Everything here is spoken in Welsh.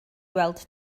weld